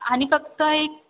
आणि फक्त एक